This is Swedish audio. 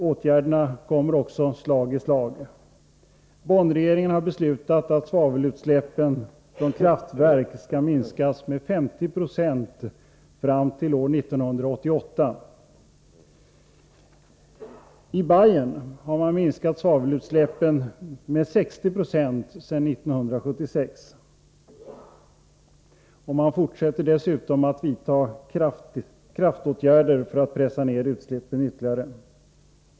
Åtgärderna kommer också slag i slag. Bonnregeringen har beslutat att svavelutsläppen från kraftverk skall minskas med 50 96 fram till år 1988. I Bayern har man minskat svavelutsläppen med 60 96 sedan 1976, och man fortsätter att vidta kraftåtgärder för att pressa ned utsläppen ytterligare.